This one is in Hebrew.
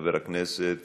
חבר הכנסת